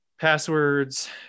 passwords